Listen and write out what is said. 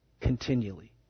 continually